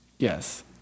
Yes